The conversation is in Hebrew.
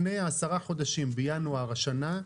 לפני עשרה חודשים, בינואר השנה,